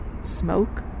smoke